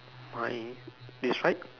my describe